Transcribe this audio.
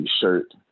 shirt